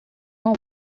não